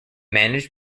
managed